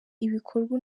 ibikorwa